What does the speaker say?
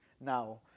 Now